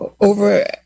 over